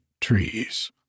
trees